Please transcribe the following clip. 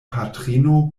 patrino